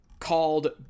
called